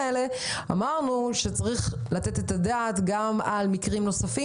אמרנו שצריך לתת את הדעת גם על מקרים נוספים